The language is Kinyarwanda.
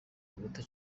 iminota